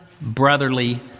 brotherly